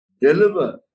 Deliver